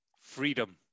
Freedom